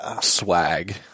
swag